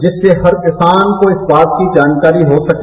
जिससे हर किसान को इस बात की जानकारी हो सके